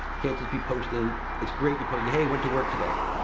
can't just be posting, it's great you're posting, hey, went to work today.